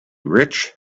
rich